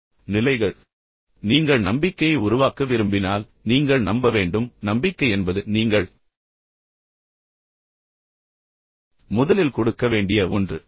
இப்போது நீங்கள் நம்பிக்கையை உருவாக்க விரும்பினால் நீங்கள் நம்ப வேண்டும் பின்னர் நம்பிக்கை என்பது நீங்கள் முதலில் கொடுக்க வேண்டிய ஒன்று